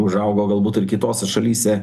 užaugo galbūt ir kitose šalyse